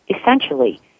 essentially